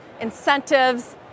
incentives